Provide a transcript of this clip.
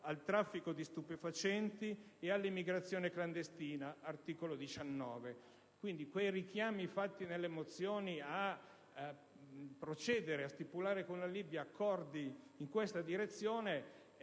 al traffico di stupefacenti e all'immigrazione clandestina (articolo 19). Pertanto, i richiami contenuti nelle mozioni affinché si proceda a stipulare con la Libia accordi in questa direzione